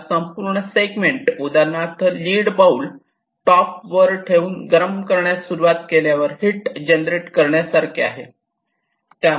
हा संपूर्ण सेगमेंट उदाहरणार्थ एखादी लीड बाउल टॉप वर ठेवून गरम करण्यास सुरुवात केल्यावर हिट जनरेट करण्यासारखे आहे